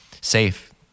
safe